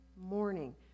morning